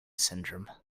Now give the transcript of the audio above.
syndrome